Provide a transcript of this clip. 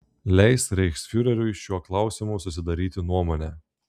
leis reichsfiureriui šiuo klausimu susidaryti nuomonę